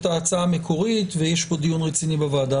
ההצעה המקורית ויש פה דיון רציני בוועדה.